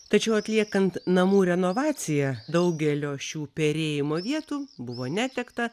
tačiau atliekant namų renovaciją daugelio šių perėjimo vietų buvo netekta